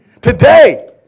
Today